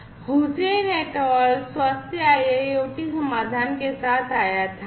Hossain et al स्वास्थ्य IIoT समाधान के साथ आया था